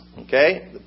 Okay